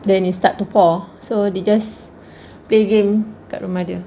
then it start to pour so they just play game dekat rumah dia